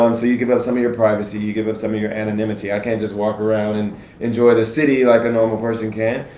um so you give up some of your privacy, you give up some of your anonymity. i can't just walk around and enjoy the city like a normal person can.